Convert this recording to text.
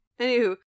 anywho